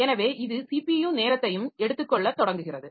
எனவே இது ஸிபியு நேரத்தையும் எடுத்துக்கொள்ளத் தொடங்குகிறது